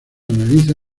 analizan